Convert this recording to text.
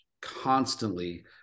constantly